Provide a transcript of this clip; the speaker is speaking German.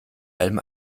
allem